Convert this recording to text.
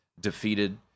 defeated